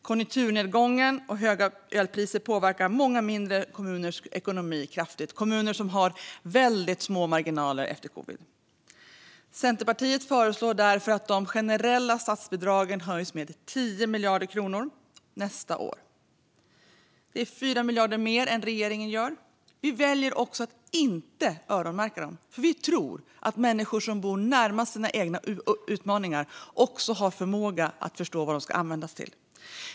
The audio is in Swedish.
Konjunkturnedgången och de höga elpriserna påverkar många mindre kommuners ekonomi kraftigt. Detta är kommuner som har väldigt små marginaler efter covid. Centerpartiet föreslår därför att de generella statsbidragen höjs med 10 miljarder kronor nästa år. Detta är 4 miljarder mer än regeringens höjning. Vi väljer också att inte öronmärka dem, för vi tror att människor som bor närmast sina egna utmaningar också har förmåga att förstå vad bidragen ska användas till.